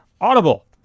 Audible